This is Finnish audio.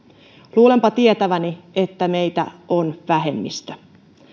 luulenpa tietäväni että meitä on vähemmistö